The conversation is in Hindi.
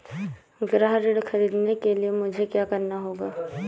गृह ऋण ख़रीदने के लिए मुझे क्या करना होगा?